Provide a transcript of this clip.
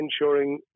ensuring